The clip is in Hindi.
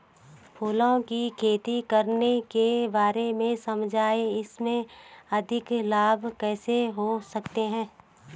फूलों की खेती करने के बारे में समझाइये इसमें अधिक लाभ कैसे हो सकता है?